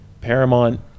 Paramount